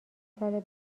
ساله